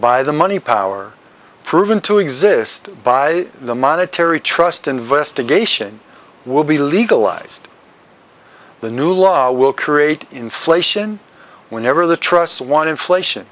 by the money power proven to exist by the monetary trust investigation will be legalized the new law will create inflation whenever the trusts one inflation